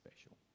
special